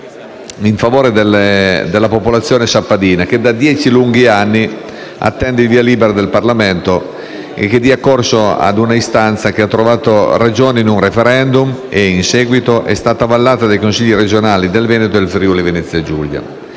in favore della popolazione sappadina che da dieci lunghi anni attende che il via libera del Parlamento dia corso ad una istanza che ha trovato ragione in un *referendum* e che, in seguito, è stata avallata dai Consigli regionali di Veneto e Friuli-Venezia Giulia.